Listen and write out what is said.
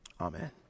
Amen